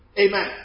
Amen